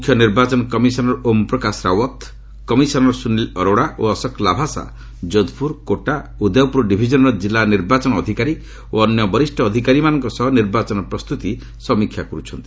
ମୁଖ୍ୟ ନିର୍ବାଚନ commissioner Om Prakash Rawat commissioner Sunil Arora ଓ ଅଶୋକ ଲାଭାସା ଯୋଧପୁର କୋଟା ଓ ଉଦୟପୁର ଡିଭିଜନର ଜିଲ୍ଲା ନିର୍ବାଚନ ଅଧିକାରୀ ଓ ଅନ୍ୟ ବରିଷ୍ଣ ଅଧିକାରୀମାନଙ୍କ ସହ ନିର୍ବାଚନ ପ୍ରସ୍ତୁତି ସମୀକ୍ଷା କର୍ୁଛନ୍ତି